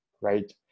right